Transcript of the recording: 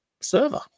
server